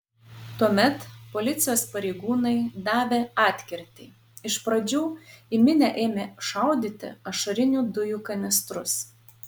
tuomet policijos pareigūnai davė atkirtį iš pradžių į minią ėmė šaudyti ašarinių dujų kanistrus